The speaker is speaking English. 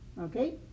okay